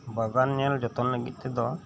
ᱵᱟᱜᱟᱱ ᱧᱮᱞ ᱡᱚᱛᱚᱱ ᱞᱟᱹᱜᱤᱫ ᱛᱮᱫᱚ